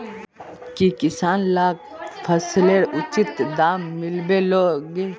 की किसान लाक फसलेर उचित दाम मिलबे लगे?